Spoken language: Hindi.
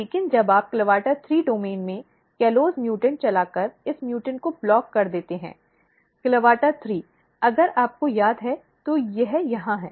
लेकिन जब आप CLAVATA3 डोमेन में कॉलस म्यूटेंट चलाकर इस मूवमेंट को ब्लॉक कर देते हैं CLAVATA3 अगर आपको याद है तो यह यहाँ है